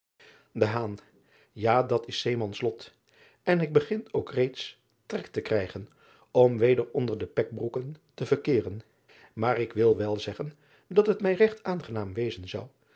a dat is zeemans lot n ik begin ook reeds trek te krijgen om weder onder de pekbroeken te verkeeren aar ik wil wel zeggen dat het mij regt aangenaam wezen zou